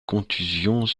contusions